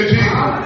Jesus